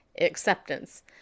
Acceptance